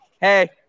Hey